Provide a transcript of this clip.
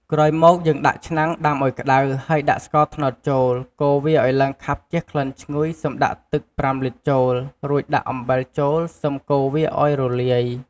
ក្រោយមកយេីងដាក់ឆ្នាំងដាំឱ្យក្តៅហេីយដាក់ស្ករត្នោតចូលកូរវាឱ្យឡើងខាប់ជះក្លិនឈ្ងុយសឹមដាក់ទឹកប្រាំលីត្រចូលរួចដាក់អំបិលចូលសឹមកូរវាឱ្យរលាយ។